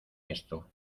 esto